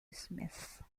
smith